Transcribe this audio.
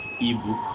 ebook